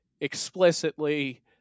explicitly